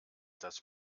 das